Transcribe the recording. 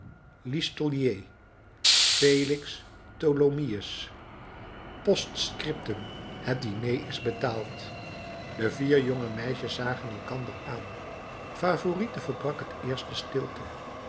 listolier felix tholomyès post-scriptum het diner is betaald de vier jonge meisjes zagen elkander aan favourite verbrak het eerst de stilte